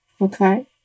Okay